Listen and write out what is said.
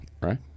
right